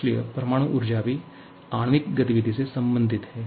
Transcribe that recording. इसलिए परमाणु ऊर्जा भी आणविक गतिविधि से संबंधित है